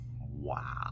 Wow